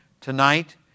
tonight